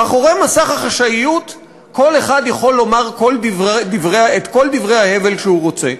מאחורי מסך החשאיות כל אחד יכול לומר את כל דברי ההבל שהוא רוצה.